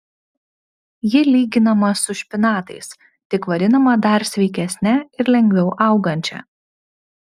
ji lyginama su špinatais tik vadinama dar sveikesne ir lengviau augančia